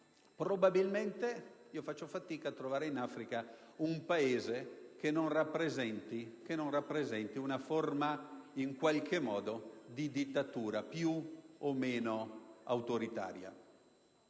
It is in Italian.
probabilmente farei fatica a trovare in Africa un Paese che non rappresenti una forma di dittatura più o meno autoritaria.